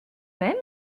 même